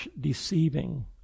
deceiving